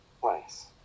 place